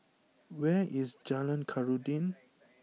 where is Jalan Khairuddin